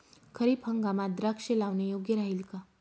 खरीप हंगामात द्राक्षे लावणे योग्य राहिल का?